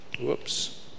whoops